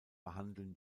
behandeln